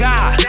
God